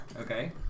Okay